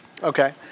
Okay